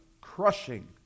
crushing